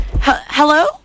Hello